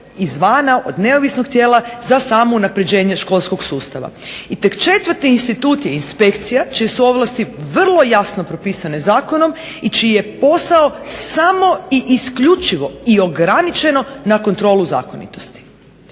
izvana od neovisnog tijela za samo unapređenje školskog sustava. I tek četvrti instituti inspekcija čije su ovlasti vrlo jasno propisano zakonom i čiji je posao samo i isključivo i ograničeno na kontrolu zakonitosti.